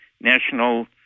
National